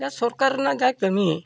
ᱡᱟᱦᱟᱸ ᱥᱚᱨᱠᱟᱨ ᱨᱮᱱᱟᱜ ᱡᱟᱦᱟᱸ ᱠᱟᱹᱢᱤ